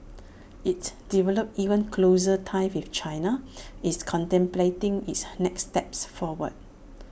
it's developed even closer ties with China it's contemplating its next steps forward